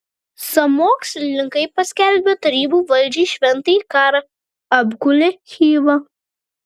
sąmokslininkai paskelbę tarybų valdžiai šventąjį karą apgulė chivą